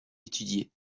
étudié